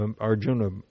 Arjuna